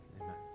amen